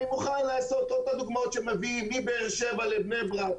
אני מוכן להזכיר את אותן דוגמאות שמביאים מבאר-שבע לבני-ברק.